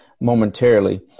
momentarily